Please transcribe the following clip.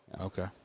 Okay